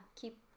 keep